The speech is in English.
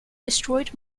destroyed